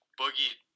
Boogie